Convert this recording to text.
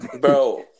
bro